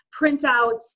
printouts